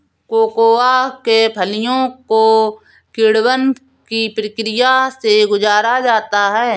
cocoa के फलियों को किण्वन की प्रक्रिया से गुजारा जाता है